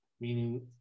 meaning